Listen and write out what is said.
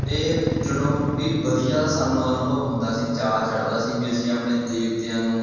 ਇਹ ਜਣੋ ਵੀ ਵਧੀਆ ਸਾਨੂੰ ਅਨੁਭਵ ਹੁੰਦਾ ਸੀ ਚਾਅ ਚੜ੍ਹਦਾ ਸੀ ਵੀ ਅਸੀਂ ਆਪਣੇ ਦੇਵਤਿਆਂ ਨੂੰ